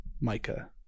mica